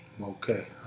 Okay